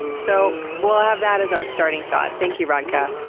so we'll have that as our starting thought. thank you, radha!